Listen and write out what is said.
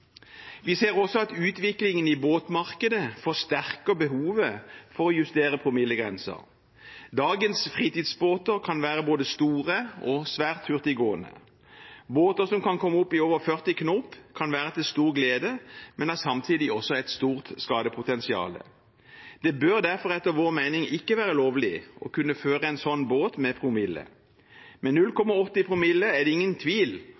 Vi ser også at utviklingen i båtmarkedet forsterker behovet for å justere promillegrensen. Dagens fritidsbåter kan være både store og svært hurtiggående. Båter som kan komme opp i over 40 knop, kan være til stor glede, men har samtidig et stort skadepotensial. Det bør derfor etter vår mening ikke være lovlig å kunne føre en sånn båt med promille. Med 0,8 i promille er det ingen tvil